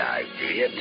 idea